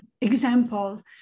example